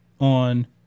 on